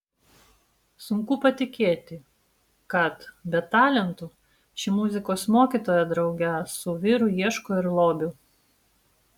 sunku patikėti kad be talentų ši muzikos mokytoja drauge su vyru ieško ir lobių